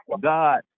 God